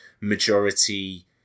majority